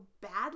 badly